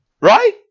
right